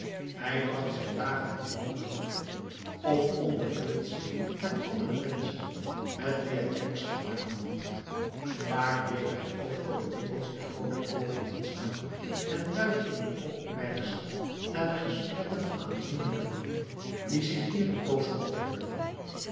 hij bracht zijn dagen met wandelen door of onderhield zich met andere menschen met wie hij kennis gemaakt had vaak bleef hij ook voor de winkels der groote kooplieden staan en luisterde opmerkzaam naar de gesprekken van aanzienlijke mannen die zich hier een poos ophielden